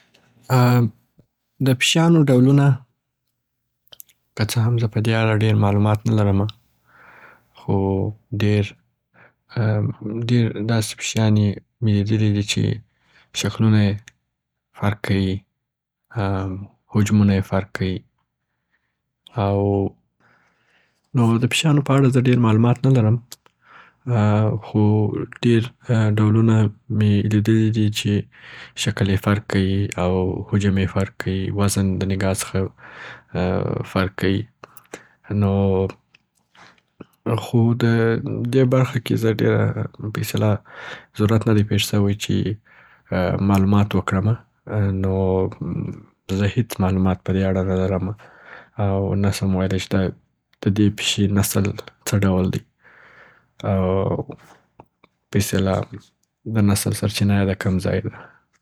اممم، د پیشانو ډولونه، که څه هم زه په دې اړه ډېر معلومات نه لرمه. خو ډېر، ډېر داسي پیشیاني مي لیدلي دي چې شکلونه یې فرق کئ، حجمونه یې فرق کوي. او نو د پیشیانو په اړه زه ډېر معلومات نه لرم خو ډېر ډولونه مي لیدلي چې شکل یې فرق کئ او حجم یې فرق کوي، وزن د نګاه څخه فرق کئ. نووو، خو دې برخه کې زه ډېر په اصطلاح ضرورت نه دی پیښ سوی چې معلومات و کړمه. نو زه هیڅ معلومات په دې اړه نه لرمه نو نسم ویلای د دې پیشي نسل څه ډول دی او په اصطلاح د نسل سرچینه یې د کم ځای ده.